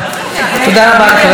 בשם סיעת ישראל ביתנו,